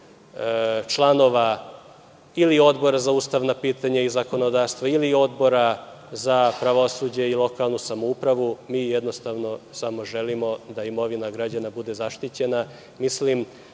članova ili Odbora za ustavna pitanja i zakonodavstvo ili Odbora za pravosuđe i lokalnu samoupravu. Mi, jednostavno, samo želimo da imovina građana bude zaštićena. Mislim